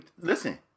Listen